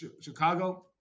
Chicago –